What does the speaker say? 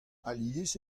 alies